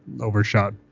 overshot